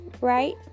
right